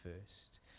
first